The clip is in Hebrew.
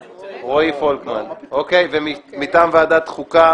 לא, מוועדת חוקה